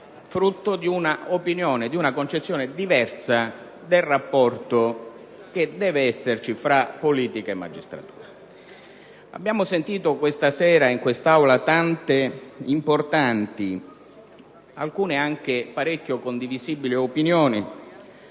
e di una concezione diverse del rapporto che deve esserci tra politica e magistratura. Abbiamo sentito questa sera in quest'Aula tante importanti opinioni - alcune anche parecchio condivisibili -